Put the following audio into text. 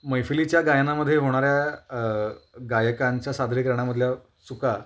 मैफिलीच्या गायनामध्ये होणाऱ्या गायकांच्या सादरीकरणामधल्या चुका